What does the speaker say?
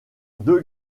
deux